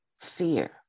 fear